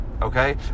Okay